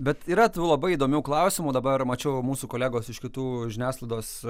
bet yra tų labai įdomių klausimų dabar mačiau mūsų kolegos iš kitų žiniasklaidos